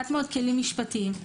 כלים משפטיים.